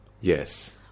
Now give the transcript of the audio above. Yes